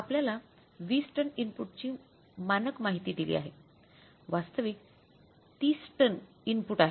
आपल्याला 20 टन इनपुटची मानक माहिती दिली आहे वास्तविक 30 टनइनपुट आहे